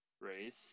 race